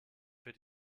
für